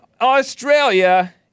Australia